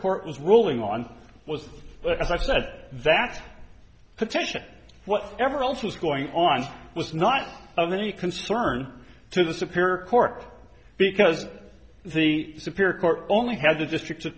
court was ruling on was but as i said that petition whatever else was going on was not of any concern to the superior court because the superior court only had the district